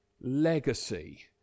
legacy